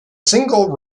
single